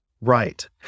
Right